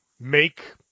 make